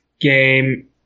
game